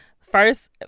first